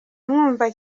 mwumva